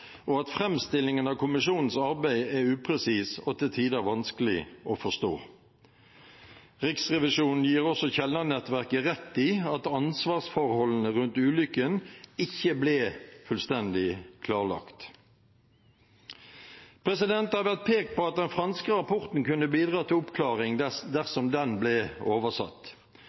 og at framstillingen av kommisjonens arbeid er upresis og til tider vanskelig å forstå. Riksrevisjonen gir også Kielland-nettverket rett i at ansvarsforholdene rundt ulykken ikke ble fullstendig klarlagt. Det har vært pekt på at den franske rapporten kunne bidra til oppklaring dersom den ble oversatt.